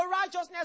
righteousness